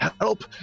help